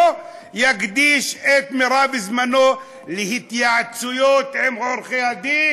יקדיש את מרב זמנו להתייעצויות עם עורכי הדין"